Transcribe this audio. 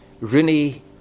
Rooney